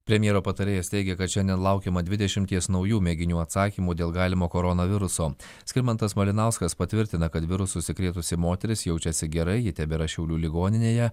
premjero patarėjas teigia kad šiandien laukiama dvidešimties naujų mėginių atsakymų dėl galimo koronaviruso skirmantas malinauskas patvirtina kad virusu užsikrėtusi moteris jaučiasi gerai ji tebėra šiaulių ligoninėje